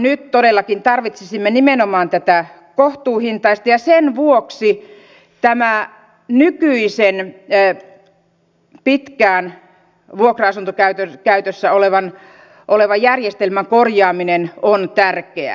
nyt todellakin tarvitsisimme nimenomaan tätä kohtuuhintaista ja sen vuoksi tämän nykyisen pitkään vuokra asuntokäytössä olevan järjestelmän korjaaminen on tärkeää